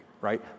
right